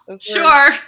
Sure